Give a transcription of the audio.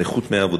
נכות מעבודה,